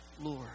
Lord